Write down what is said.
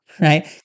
Right